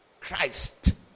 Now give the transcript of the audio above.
Christ